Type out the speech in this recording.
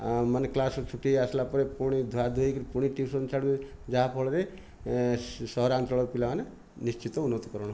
ମାନେ କ୍ଲାସ୍ ରୁ ଛୁଟି ଆସିଲା ପରେ ପୁଣି ଧୁଆଧୋଇ ହୋଇକି ପୁଣି ଟିଉସନ୍ ଛାଡ଼ୁଛନ୍ତି ଯାହାଫଳରେ ସହରାଞ୍ଚଳର ପିଲାମାନେ ନିଶ୍ଚିତ ଉନ୍ନତି କରନ୍ତି